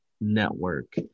Network